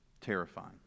terrifying